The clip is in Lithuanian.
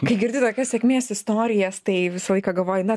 kai girdi tokias sėkmės istorijas tai visą laiką galvoji na